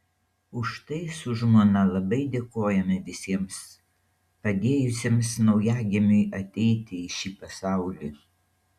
už tai su žmona labai dėkojame visiems padėjusiems naujagimiui ateiti į šį pasaulį